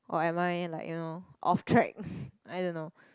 or am I like you know off track I don't know